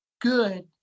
good